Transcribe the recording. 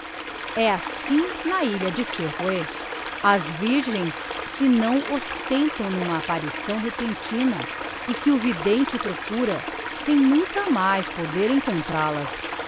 é assim na ilha de ferro que virgens se não ostentam n'uma apparição repentina e que o vidente procura sem nunca mais poder encontral as